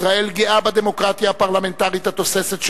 ישראל גאה בדמוקרטיה הפרלמנטרית התוססת שלה,